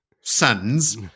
sons